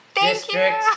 district